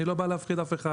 אני לא בא להפחיד אף אחד,